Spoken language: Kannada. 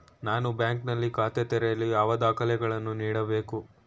ನಾನು ಬ್ಯಾಂಕ್ ನಲ್ಲಿ ಖಾತೆ ತೆರೆಯಲು ಯಾವ ದಾಖಲೆಗಳನ್ನು ನೀಡಬೇಕು?